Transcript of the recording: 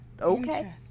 okay